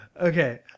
Okay